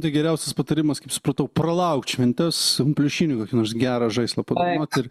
tai geriausias patarimas kaip supratau pralaukt šventes pliušinį kokį nors gerą žaislą padovanot ir